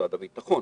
משרד הביטחון